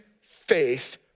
faith